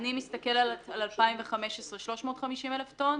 אני מסתכל על 2015 350,000 טון,